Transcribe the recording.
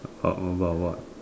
how about what